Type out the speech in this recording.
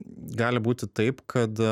gali būti taip kad